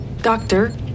doctor